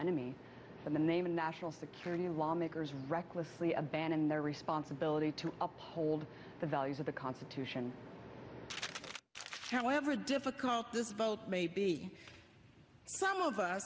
enemy in the name of national security and lawmakers recklessly abandon their responsibility to uphold the values of the constitution however difficult this vote may be some of us